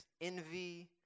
envy